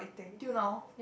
till now